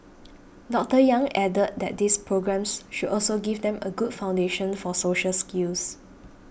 Doctor Yang added that these programmes should also give them a good foundation for social skills